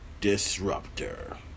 Disruptor